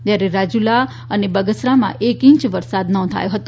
જયારે રાજુલા અને બગસરામા એક ઇંચ વરસાદ નોંધાયો હતો